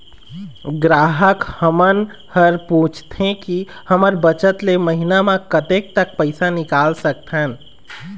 ग्राहक हमन हर पूछथें की हमर बचत ले महीना मा कतेक तक पैसा निकाल सकथन?